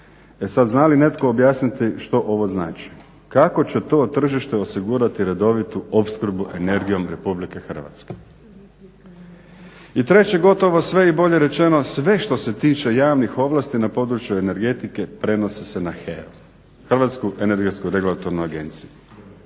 E sad, zna li netko objasniti što ovo znači: "kako će to tržište osigurati redovitu opskrbu energijom Republike Hrvatske?". I treće, gotovo sve i bolje rečeno sve što se tiče javnih ovlasti na području energetike prenosi se na HER-u, Hrvatsku energetsku regulatornu agenciju.